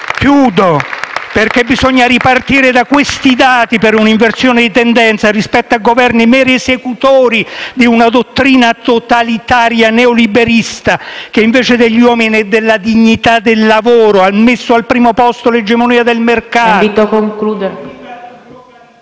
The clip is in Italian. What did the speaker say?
Gruppo M5S)*. Bisogna ripartire da questi dati per un'inversione di tendenza rispetto a Governi meri esecutori di una dottrina totalitaria neoliberista, che invece degli uomini e della dignità del lavoro, ha messo al primo posto l'egemonia del mercato,